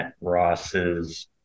Ross's